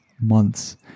months